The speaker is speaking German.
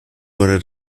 wurde